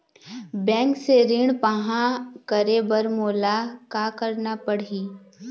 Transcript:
Bank से ऋण पाहां करे बर मोला का करना पड़ही?